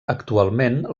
actualment